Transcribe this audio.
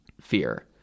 fear